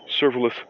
serverless